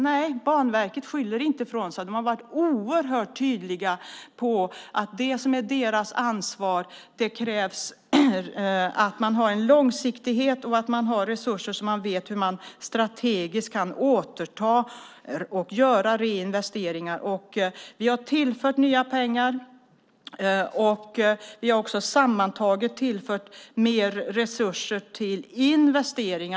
Nej, Banverket skyller inte ifrån sig, utan de har varit oerhört tydliga med att det som är deras ansvar kräver att man har en långsiktighet och resurser som man vet hur man strategiskt kan återta och göra reinvesteringar med. Vi har tillfört nya pengar, och vi har också sammantaget tillfört mer resurser till investeringar.